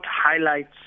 highlights